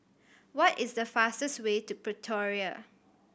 what is the fastest way to Pretoria